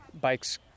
bikes